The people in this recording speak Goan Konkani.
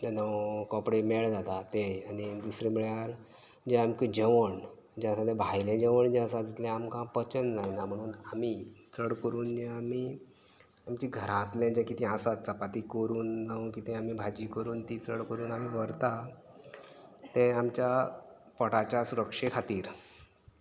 तेन्ना कपडे म्हेळे जातात तें आनी दुसरें म्हळ्यार जें आमकां जेवण जें आसा तें भायलें जेवण जें आसा तितलें आमकां पचन जायना म्हणून आमी चड करून जें आमी आमचें घरांतलें जें कितें आसा चपाती करून जावं कितें आमी भाजी करून ती चड करून आमी ती व्हरता तें आमच्या पोटाच्या सुरक्षे खातीर